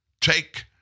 take